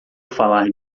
falar